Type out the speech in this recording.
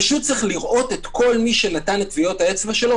פשוט יש לראות את כל מי שנתן את טביעות האצבע שלו